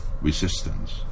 resistance